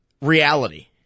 reality